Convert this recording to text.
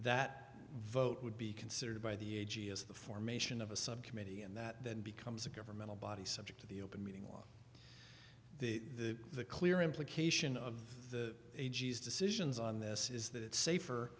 that vote would be considered by the a g as the formation of a subcommittee and that then becomes a governmental body subject to the open meeting law the clear implication of the a g s decisions on this is that it's safer